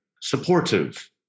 supportive